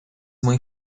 muy